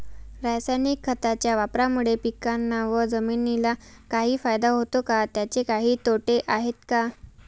रासायनिक खताच्या वापरामुळे पिकांना व जमिनीला काही फायदा होतो का? त्याचे काही तोटे आहेत का?